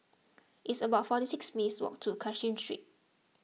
it's about forty six minutes' walk to Cashin Street